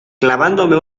clavándome